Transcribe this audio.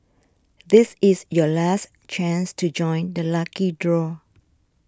this is your last chance to join the lucky draw